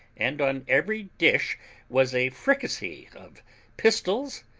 and on every dish was a fricassee of pistols,